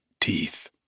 teeth